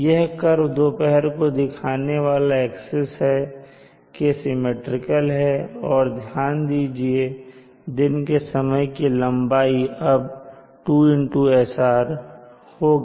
यह कर्व दोपहर को दिखाने वाले एक्सिस के सिमिट्रिकल है और ध्यान दीजिए दिन के समय की लंबाई अब 2SR होगी